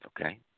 Okay